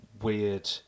weird